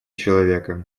человека